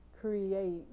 create